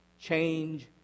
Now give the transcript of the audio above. Change